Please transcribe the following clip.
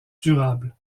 durable